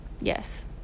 Yes